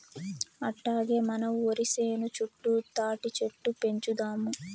అట్టాగే మన ఒరి సేను చుట్టూ తాటిచెట్లు పెంచుదాము